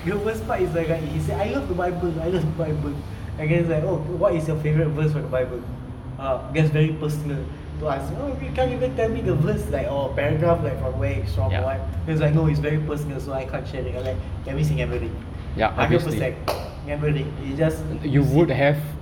the worse part is that like he says I love the bible I love the bible and then it's like what is your favourite verse from the bible ah that's very personal don't ask you can't even tell me the verse like or paragraph or like where it's from or what then he's like no it's very personal so I can't share it I like that means he never read hundred percent never read you just use it